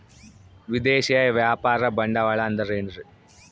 ವಿದೇಶಿಯ ವ್ಯಾಪಾರ ಬಂಡವಾಳ ಅಂದರೆ ಏನ್ರಿ?